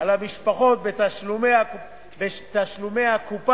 על המשפחות בתשלומים לקופה,